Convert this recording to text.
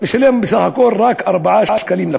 משלם בסך הכול רק 4 שקלים לקוב,